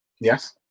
Yes